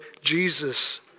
Jesus